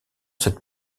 cette